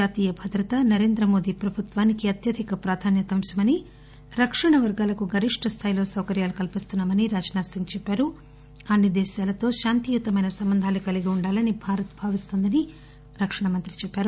జాతీయ భద్రత నరేంద్ర మోదీ ప్రభుత్వానికి అత్యధిక ప్రాధాన్యత అంశమని రక్షణ వర్గాలకు గరిష్ణ స్థాయిలో సౌకర్యాలు కల్పిస్తున్నామని రాజ్పాథ్ సింగ్ చెప్పారు అన్ని దేశాలతో శాంతియుతమెన సంబంధాలు కలిగి ఉండాలని భారత్ భావిస్తోందని మంత్రి చెప్పారు